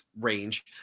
range